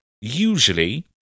usually